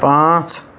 پانٛژھ